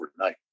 overnight